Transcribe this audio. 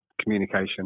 communication